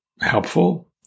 helpful